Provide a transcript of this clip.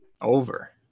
Over